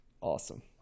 Awesome